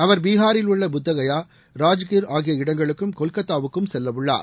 அவர் பீகாரில் உள்ள புத்தககயா ராஜ்கிர் ஆகிய இடங்களுக்கும் கொல்கத்தாவுக்கும் செல்லவுள்ளார்